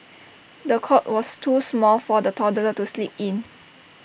the cot was too small for the toddler to sleep in